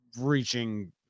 reaching